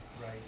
Right